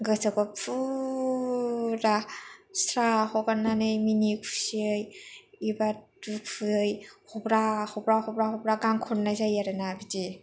गोसोखौ फुरा स्रा हगारनानै मिनि खुसियै एबा दुखुयै हब्रा हब्रा हब्रा हब्रा गान खनाय जायो आरो ना बिदि